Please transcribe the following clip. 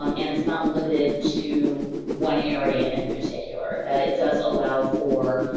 um and it's not limited to one area in particular that it does allow for,